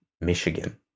Michigan